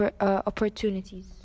opportunities